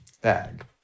bag